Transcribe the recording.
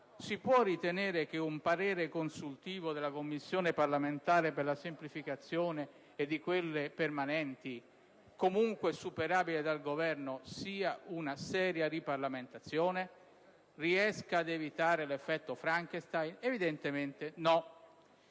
Si può ritenere che un parere consultivo della Commissione parlamentare per la semplificazione o di quelle permanenti, comunque superabile dal Governo, rappresenti una seria riparlamentarizzazione e riesca ad evitare l'effetto Frankenstein? Evidentemente no.